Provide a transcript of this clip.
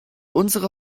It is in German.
unsere